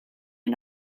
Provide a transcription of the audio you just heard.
did